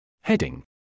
Heading